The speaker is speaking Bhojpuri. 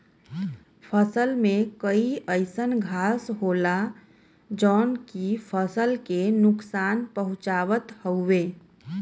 फसल में कई अइसन घास होला जौन की फसल के नुकसान पहुँचावत हउवे